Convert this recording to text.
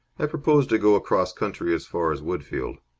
i propose to go across country as far as woodfield.